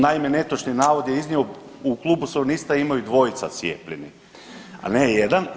Naime, netočni navod je iznio u Klubu suverenista imaju dvojica cijepljenih, a ne jedan.